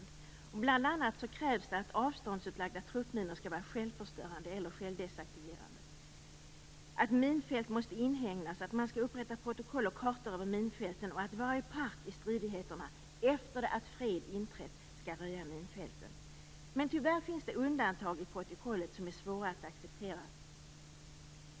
Det krävs bl.a. att avståndsutlagda truppminor skall vara självförstörande eller självdesaktiverande, att minfält måste inhägnas, att man skall upprätta protokoll och kartor över minfälten och att varje part i stridigheterna efter det att fred inträtt skall röja minfälten. Tyvärr finns det i protokollet undantag som är svåra att acceptera.